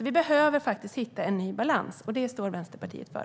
Vi behöver hitta en ny balans. Det står Vänsterpartiet för.